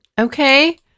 Okay